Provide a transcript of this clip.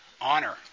Honor